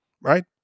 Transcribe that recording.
Right